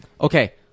Okay